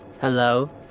Hello